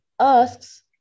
asks